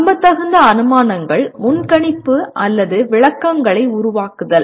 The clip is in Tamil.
நம்பத்தகுந்த அனுமானங்கள் முன்கணிப்பு அல்லது விளக்கங்களை உருவாக்குதல்